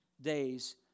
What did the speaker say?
days